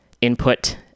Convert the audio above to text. input